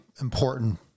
important